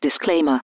disclaimer